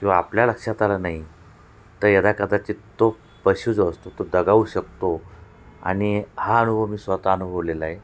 किंवा आपल्या लक्षात आलं नाही तर यदाकदाचित तो पशू जो असतो तो दगावू शकतो आणि हा अनुभव मी स्वतः अनुभवलेला आहे